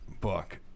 book